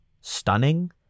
stunning